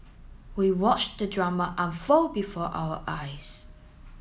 we watched the drama unfold before our eyes